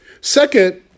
Second